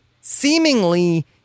seemingly